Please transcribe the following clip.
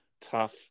tough